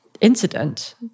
incident